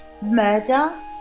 murder